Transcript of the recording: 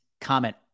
comment